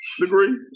degree